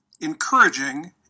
encouraging